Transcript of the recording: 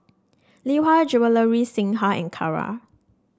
Lee Hwa Jewellery Singha and Kara